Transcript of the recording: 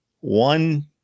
one